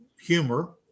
humor